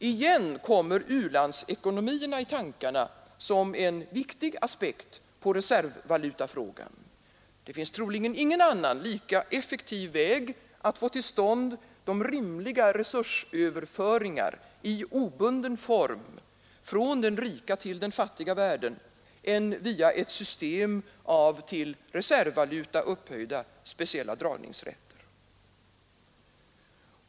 På nytt kommer u-landsekonomierna i tankarna som en viktig aspekt på reservvalutafrågan: det finns troligen ingen annan lika effektiv väg att få till stånd rimliga resursöverföringar, i obunden form, från den rika till den fattiga världen som via ett system av till reservvaluta upphöjda speciella dragningsrätter.